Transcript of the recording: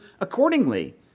accordingly